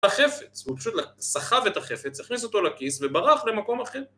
החפץ, הוא פשוט סחב את החפץ, הכניס אותו לכיס וברח למקום אחר.